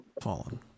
Fallen